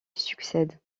succède